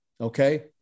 Okay